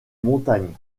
montagne